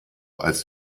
als